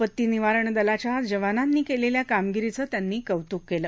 आपत्ती निवारण दलाच्या जवानांनी केलेल्या कामगिरीचं त्यांनी कौतुक केलं